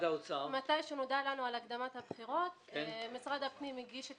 ממתי שנודע לנו על הקדמת הבחירות משרד הפנים הגיש את